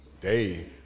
day